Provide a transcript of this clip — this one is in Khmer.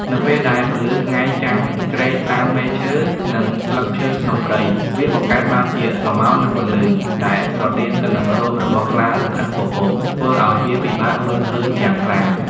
នៅពេលដែលពន្លឺថ្ងៃចាំងជ្រែកតាមមែកឈើ និងស្លឹកឈើក្នុងព្រៃ វាបង្កើតបានជាស្រមោល និងពន្លឺ ដែលស្រដៀងទៅនឹងរោមរបស់ខ្លារខិនពពក ធ្វើឲ្យវាពិបាកមើលឃើញយ៉ាងខ្លាំង។